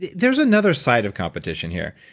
there's another side of competition here,